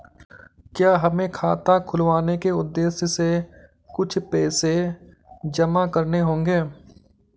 क्या हमें खाता खुलवाने के उद्देश्य से कुछ पैसे जमा करने होंगे?